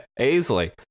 easily